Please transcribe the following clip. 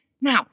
Now